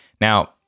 Now